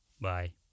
bye